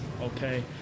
okay